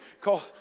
call